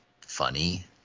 funny